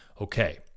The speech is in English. Okay